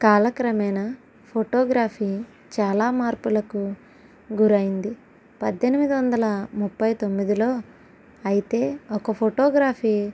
కాలక్రమేణా ఫోటోగ్రఫీ చాలా మార్పులకు గురైంది పద్దెనిమిది వందల ముప్పై తొమ్మిదిలో అయితే ఒక ఫోటోగ్రాఫీ